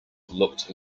looked